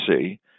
see